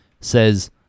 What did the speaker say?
says